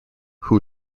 who